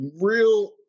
real